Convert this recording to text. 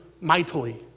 mightily